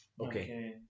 okay